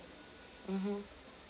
mmhmm